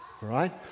right